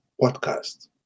podcast